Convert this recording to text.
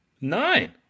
Nine